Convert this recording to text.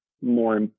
more